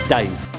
Dave